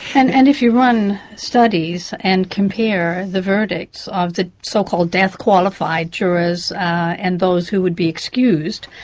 and and if you run studies and compare the verdicts of the so-called death-qualified jurors and those who would be excused,